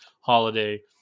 holiday